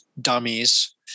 dummies